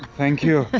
thank you.